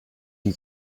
you